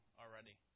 already